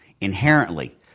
Inherently